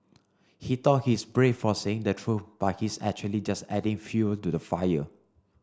he thought he's brave for saying the truth but he's actually just adding fuel to the fire